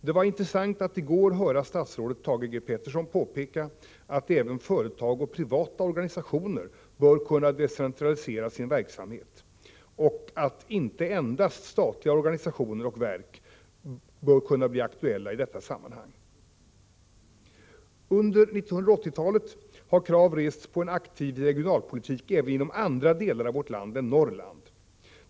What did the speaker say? Det var intressant att i går höra statsrådet Thage G. Peterson påpeka att även företag och privata organisationer bör kunna decentralisera sin verksamhet och att inte endast statliga organisationer och verk kan bli aktuella i detta sammanhang. Under 1980-talet har krav rests på en aktiv regionalpolitik även inom andra delar av vårt land än Norrland.